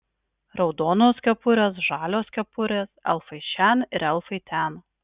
raudonos kepurės žalios kepurės elfai šen ir elfai ten